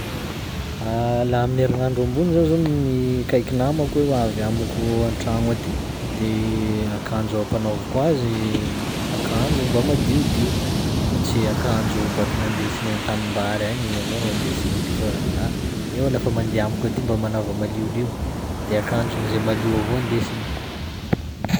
Laha amin'ny herignandro ambony zah zao mi- -kaiky namako hoe ho avy amiko an-tragno aty de akanjo ampanaoviko azy akanjo mba madiodio, fa tsy akanjo baky nandesiny an-tanimbary agny igny avao ro andesiny aty fa ah! Io lafa mande amiko aty mba manaova maliolio de akanjony zay malio avao ndesiny.